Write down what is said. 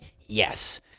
yes